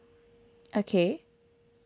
okay